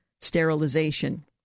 sterilization